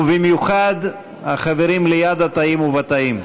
ובמיוחד החברים ליד התאים ובתאים,